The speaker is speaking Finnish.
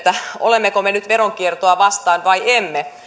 olemmeko me nyt veronkiertoa vastaan vai emme